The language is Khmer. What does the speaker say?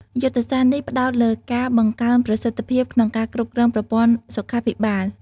យុទ្ធសាស្ត្រនេះផ្តោតលើការបង្កើនប្រសិទ្ធភាពក្នុងការគ្រប់គ្រងប្រព័ន្ធសុខាភិបាល។